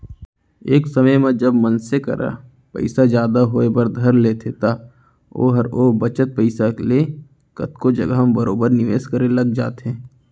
एक समे म जब मनसे करा पइसा जादा होय बर धर लेथे त ओहर ओ बचत पइसा ले कतको जघा म बरोबर निवेस करे लग जाथे